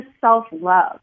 self-love